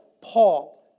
Paul